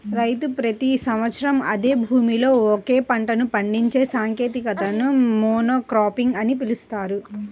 రైతు ప్రతి సంవత్సరం అదే భూమిలో ఒకే పంటను పండించే సాంకేతికతని మోనోక్రాపింగ్ అని పిలుస్తారు